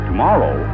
Tomorrow